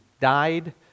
died